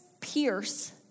pierce